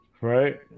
Right